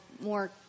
more